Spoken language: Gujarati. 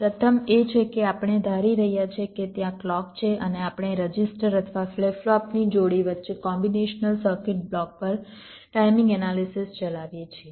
પ્રથમ એ છે કે આપણે ધારીએ છીએ કે ત્યાં ક્લૉક છે અને આપણે રજિસ્ટર અથવા ફ્લિપ ફ્લોપની જોડી વચ્ચે કોમ્બીનેશનલ સર્કિટ બ્લોક પર ટાઈમિંગ એનાલિસિસ ચલાવીએ છીએ